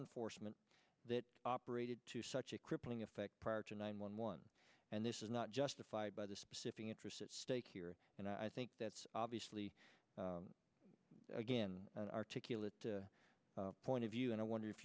enforcement that operated to such a crippling effect prior to nine one one and this is not justified by the specific interests at stake here and i think that's obviously again an articulate point of view and i wonder if